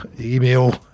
email